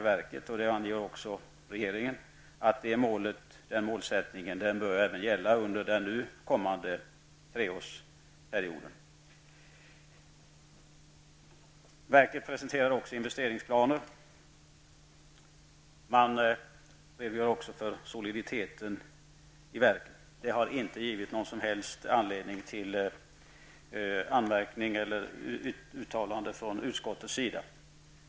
Verket och regeringen anger att den målsättningen bör gälla även under den kommande treårsperioden. Verket presenterar även investeringsplaner; man redogör också för soliditeten i verket. Detta har inte givit någon som helst anledning till anmärkning eller uttalande från utskottets sida.